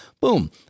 Boom